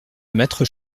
remettre